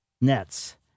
nets